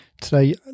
Today